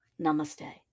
Namaste